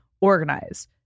Organize